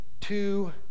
two